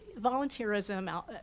volunteerism